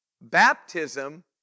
baptism